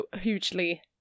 hugely